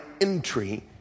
entry